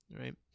right